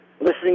listening